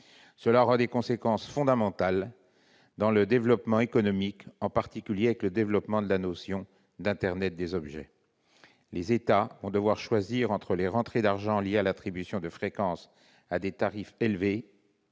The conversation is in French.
qui aura des conséquences fondamentales sur le développement économique, en particulier avec l'essor de la notion d'internet des objets. Les États vont devoir choisir entre les rentrées d'argent liées à l'attribution de fréquences à des tarifs élevés